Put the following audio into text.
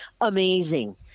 amazing